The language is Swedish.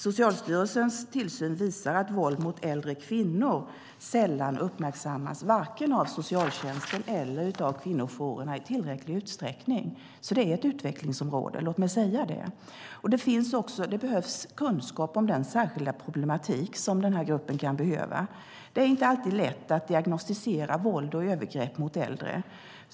Socialstyrelsens tillsyn visar att våld mot äldre kvinnor sällan uppmärksammas, varken av socialtjänsten eller av kvinnojourerna i tillräcklig utsträckning. Det är alltså ett utvecklingsområde; det vill jag säga. Det behövs kunskap om den här särskilda problematiken. Det är inte alltid lätt att diagnostisera våld och övergrepp mot äldre.